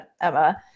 Emma